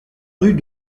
rue